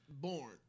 born